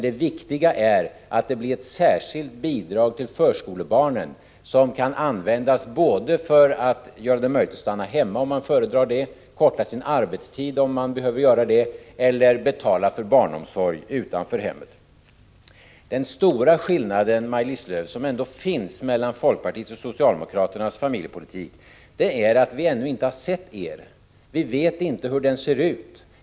Det viktiga är att det blir ett särskilt bidrag till förskolebarnen som kan användas såväl för att göra det möjligt för föräldrarna att stanna hemma, om man föredrar det, som avkorta sin arbetstid, om man behöver göra det, eller betala för barnomsorg utanför hemmet. Den stora skillnaden som ändå finns mellan folkpartiets och socialdemokraternas familjepolitik är att vi ännu inte har sett er politik. Vi vet inte hur den ser ut.